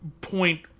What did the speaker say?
point